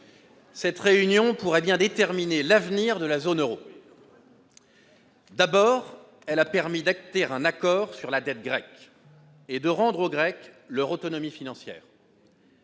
qui pourrait bien déterminer l'avenir de la zone euro. Tout d'abord, elle a permis d'acter un accord sur la dette grecque et de rendre aux Grecs leur autonomie financière.